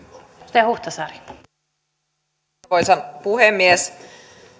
arvoisa puhemies